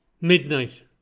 midnight